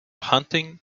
hunting